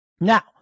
Now